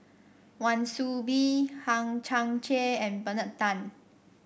Wan Soon Bee Hang Chang Chieh and Bernard Tan